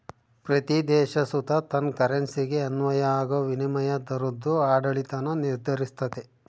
ಪ್ರತೀ ದೇಶ ಸುತ ತನ್ ಕರೆನ್ಸಿಗೆ ಅನ್ವಯ ಆಗೋ ವಿನಿಮಯ ದರುದ್ ಆಡಳಿತಾನ ನಿರ್ಧರಿಸ್ತತೆ